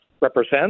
represents